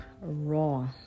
raw